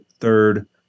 third